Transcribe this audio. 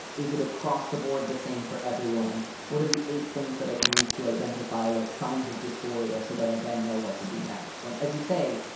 is it across the board? the same for everyone? what are the eight things that i can use to identify like signs of dysphoria so that i then know what to do next when, as you say,